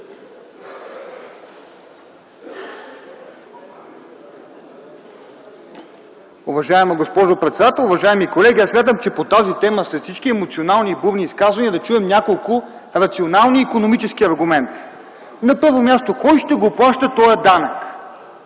Уважаеми господин председател, уважаеми колеги! Аз смятам, че по тази тема след всички емоционални и бурни изказвания, е добре да чуем няколко рационални икономически аргументи. На първо място – кой ще го плаща този данък?